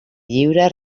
lliure